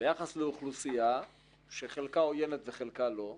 ביחס לאוכלוסייה שחלקה עוינת וחלקה לא.